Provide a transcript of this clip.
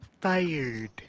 Fired